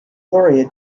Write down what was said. gloria